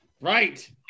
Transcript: Right